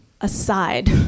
aside